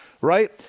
right